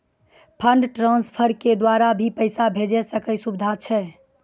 Fund transfer के द्वारा भी पैसा भेजै के सुविधा छै?